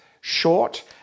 short